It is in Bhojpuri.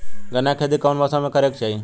गन्ना के खेती कौना मौसम में करेके चाही?